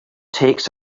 takes